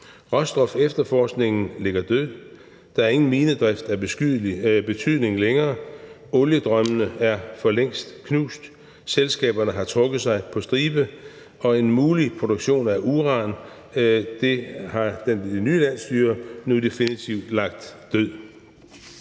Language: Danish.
råstofefterforskningen ligger død, der er ingen minedrift af betydning længere. Oliedrømmene er for længst knust – selskaberne har trukket sig på stribe – og en mulig produktion af uran har det nye landsstyre nu definitivt lagt død.